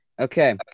Okay